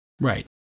Right